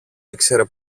ήξερε